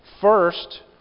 First